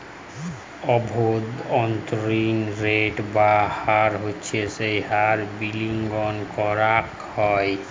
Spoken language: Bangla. অব্ভন্তরীন রেট বা হার হচ্ছ যেই হার বিলিয়গে করাক হ্যয়